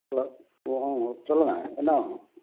hello ஆ சொல்லுங்கள் என்ன வேணும்